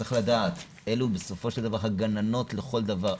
צריך לדעת אלו בסופו של דבר הגננות לכל דבר,